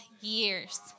years